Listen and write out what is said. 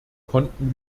konnten